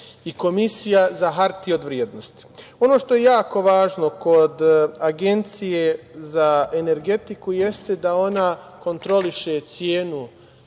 i Komisija za hartije od vrednosti. Ono što je jako važno kod Agencije za energetiku, jeste da ona kontroliše cenu